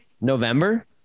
november